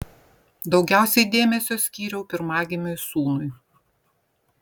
daugiausiai dėmesio skyriau pirmagimiui sūnui